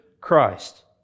Christ